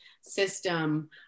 system